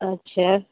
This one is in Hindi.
अच्छा